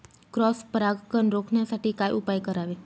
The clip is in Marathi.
क्रॉस परागकण रोखण्यासाठी काय उपाय करावे?